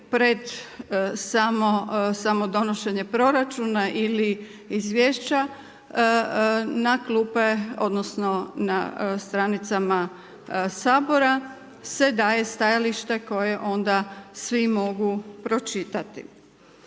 pred samo donošenje proračuna ili izvješća, na klupe odnosno na stranicama Sabora se daje stajalište koje onda svi mogu pročitati.